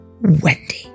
Wendy